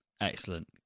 Excellent